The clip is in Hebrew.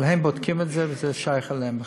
אבל הם בודקים את זה וזה שייך להם בכלל.